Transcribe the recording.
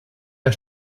der